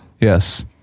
Yes